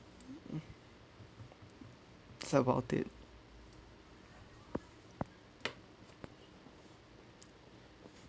that's about it